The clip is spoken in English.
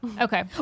Okay